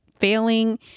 failing